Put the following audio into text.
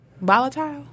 volatile